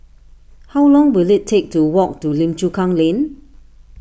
how long will it take to walk to Lim Chu Kang Lane